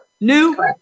New